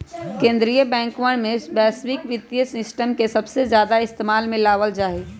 कीन्द्रीय बैंकवन में वैश्विक वित्तीय सिस्टम के सबसे ज्यादा इस्तेमाल में लावल जाहई